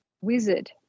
wizard